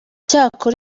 cyakora